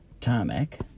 tarmac